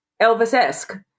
Elvis-esque